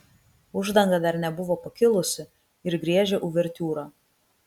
uždanga dar nebuvo pakilusi ir griežė uvertiūrą